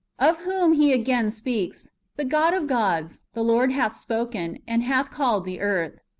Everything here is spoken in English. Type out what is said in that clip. of whom he again speaks the god of gods, the lord hath spoken, and hath called the earth.